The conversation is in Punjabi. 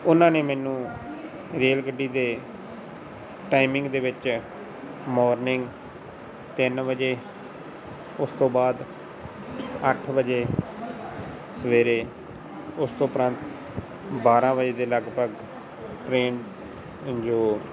ਉਹਨਾਂ ਨੇ ਮੈਨੂੰ ਰੇਲ ਗੱਡੀ ਦੇ ਟਾਈਮਿੰਗ ਦੇ ਵਿੱਚ ਮੋਰਨਿੰਗ ਤਿੰਨ ਵਜੇ ਉਸ ਤੋਂ ਬਾਅਦ ਅੱਠ ਵਜੇ ਸਵੇਰੇ ਉਸ ਤੋਂ ਉਪਰੰਤ ਬਾਰਾਂ ਵਜੇ ਦੇ ਲਗਭਗ ਟਰੇਨ ਜੋ